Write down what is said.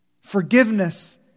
Forgiveness